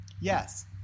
Yes